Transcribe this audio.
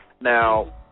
Now